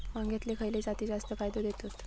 वांग्यातले खयले जाती जास्त फायदो देतत?